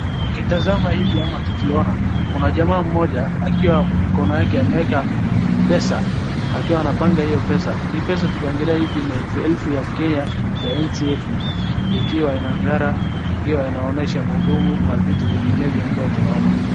Tukitazama hivi ama tukiona kuna jamaa mmoja akiwa mkono yake ameweka pesa akiwa anapanga hiyo pesa. Hii pesa tukiangalia hivi ni elfu elfu ya Kenya ya inchi yetu ikiwa inangara ikiwa inaonyesha mhudumu na vitu vingine ambavyo tunaona.